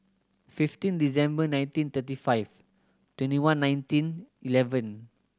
fifteen December nineteen thirty five twenty one nineteen eleven